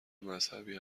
مذهبی